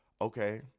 Okay